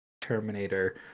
Terminator